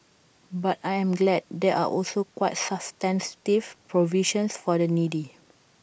but I am glad there are also quite substantive provisions for the needy